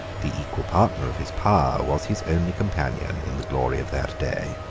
the equal partner of his power, was his only companion in the glory of that day.